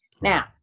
Now